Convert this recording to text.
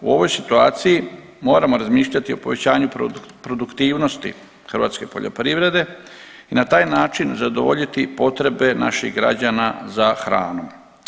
U ovoj situaciji moramo razmišljati o povećanju produktivnosti hrvatske poljoprivrede i na taj način zadovoljiti potrebe naših građana za hranom.